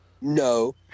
No